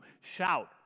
shout